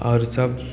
आओर सभ